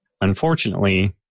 Unfortunately